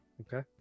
Okay